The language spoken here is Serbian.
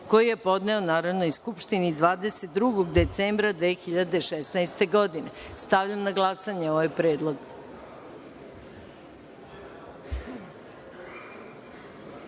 koji je podneo Narodnoj skupštini 22. decembra 2016. godine. Stavljam na glasanje ovaj predlog. Molim